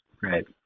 Right